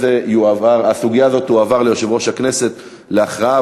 הסוגיה הזאת תועבר ליושב-ראש הכנסת להכרעה,